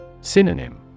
Synonym